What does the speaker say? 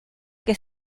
que